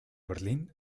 berlín